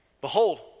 Behold